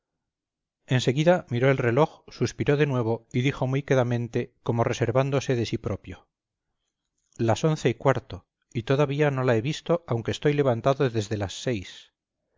seguida miró el reloj suspiró de nuevo y dijo muy quedamente como reservándose de sí propio las once y cuarto y todavía no la he visto aunque estoy levantado desde las seis